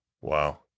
Wow